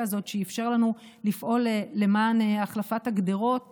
הזאת שאפשר לנו לפעול למען החלפת גדרות